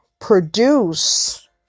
produce